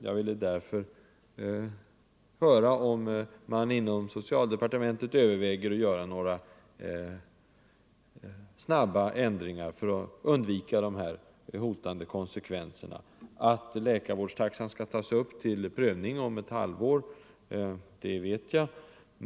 Jag ville därför höra om man inom socialdepartementet överväger att göra några snabba ändringar för att undvika de hotande konsekvenserna. Jag vet att läkarvårdstaxan skall tas upp till prövning om ett halvår.